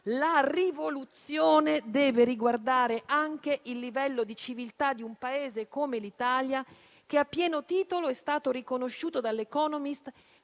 la rivoluzione deve riguardare anche il livello di civiltà di un Paese come l'Italia che, a pieno titolo, è stato riconosciuto da «The Economist»